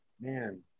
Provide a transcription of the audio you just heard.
Man